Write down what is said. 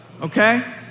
Okay